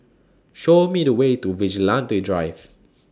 Show Me The Way to Vigilante Drive